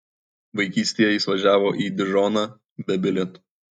vaikystėje jis važiavo į dižoną be bilieto